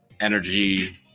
energy